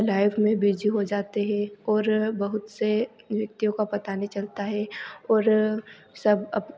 life में busy हो जाते हैं और बहुत से व्यक्तियों का पता नहीं चलता है और सब अप